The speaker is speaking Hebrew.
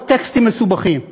לא טקסטים מסובכים.